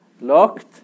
locked